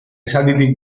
esalditik